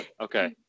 Okay